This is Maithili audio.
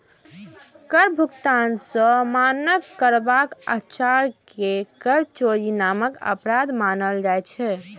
कर भुगतान सं मना करबाक आचरण कें कर चोरी नामक अपराध मानल जाइ छै